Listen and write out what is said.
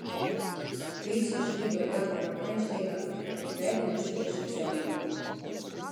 kai jis išvydo daktarą fainšteiną veidą nušvietė šypsena